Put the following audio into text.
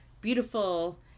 beautiful